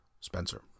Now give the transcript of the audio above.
Spencer